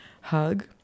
hug